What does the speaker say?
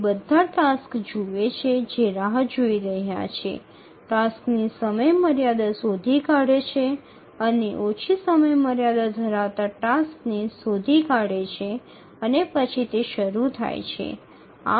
તે બધા ટાસક્સ જુએ છે જે રાહ જોઈ રહ્યા છે ટાસક્સની સમયમર્યાદા શોધી કાઢે છે અને ઓછી સમયમર્યાદા ધરાવતા ટાસ્કને શોધી કાઢે છે અને તે પછી તે શરૂ થાય છે